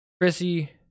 Chrissy